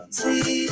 see